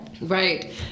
Right